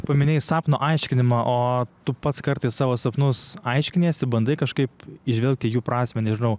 paminėjai sapno aiškinimą o tu pats kartais savo sapnus aiškiniesi bandai kažkaip įžvelgti jų prasmę nežinau